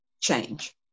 change